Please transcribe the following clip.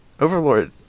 Overlord